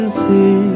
see